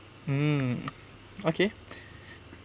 mm okay